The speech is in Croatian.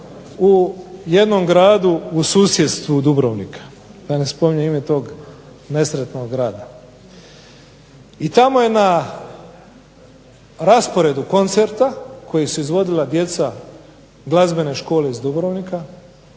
u jednom gradu u susjedstvu Dubrovnika, da ne spominjem ime tog nesretnog grada. I tamo je na rasporedu koncerta koji su izvodila djeca glazbene škole iz Dubrovnika